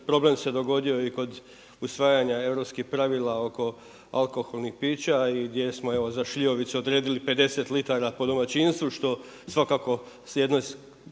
problem se dogodio i kod usvajanja europskih pravila oko alkoholnih pića i gdje smo evo za šljivovicu odredili 50 litara po domaćinstvu što svako jednom